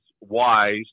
wise